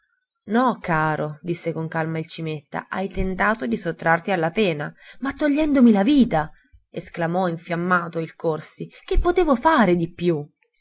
no caro disse con calma il cimetta hai tentato di sottrarti alla pena ma togliendomi la vita esclamò infiammato il corsi che potevo fare di più